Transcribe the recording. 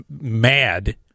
mad